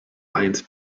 eins